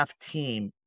team